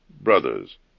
brothers